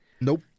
Nope